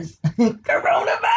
Coronavirus